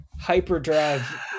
hyperdrive